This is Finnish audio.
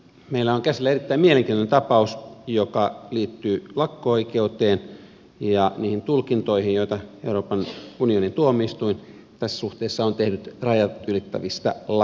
meillä on käsillä erittäin mielenkiintoinen tapaus joka liittyy lakko oikeuteen ja niihin tulkintoihin joita euroopan unionin tuomioistuin tässä suhteessa on tehnyt rajat ylittävistä lakoista